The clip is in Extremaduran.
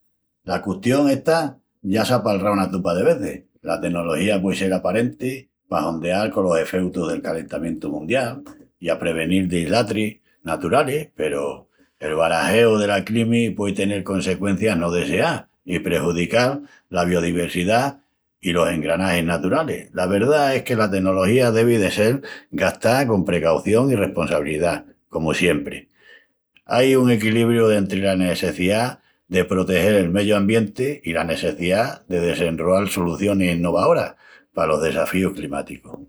La custión esta ya s'á palrau una tupa de vezis. La tenología puei sel aparenti pa hondeal colos efeutus del calentamientu mundial i aprevenil dislatris naturalis. Peru el barajeu dela climi puei tenel consecuencias no deseás i prejudical la biodivessidá i los engranagis naturalis. La verdá es que la tenología devi de sel gastá con precaución i responsabilidá. Comu siempri, ai un equilibru dentri la nesseciá de protegel el meyu ambienti i la nesseciá de desenroal solucionis inovaoras palos desafíus climáticus.